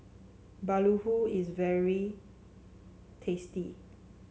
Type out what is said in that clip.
Bahulu is very tasty